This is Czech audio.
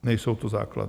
Nejsou to základny.